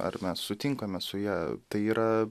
ar mes sutinkame su ja tai yra